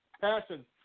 passion